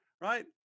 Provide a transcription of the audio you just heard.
Right